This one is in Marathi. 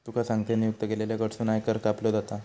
तुका सांगतंय, नियुक्त केलेल्या कडसून आयकर कापलो जाता